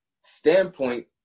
standpoint